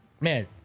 man